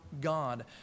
God